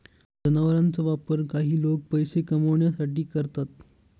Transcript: जनावरांचा वापर काही लोक पैसे कमावण्यासाठी करतात